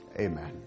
Amen